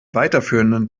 weiterführenden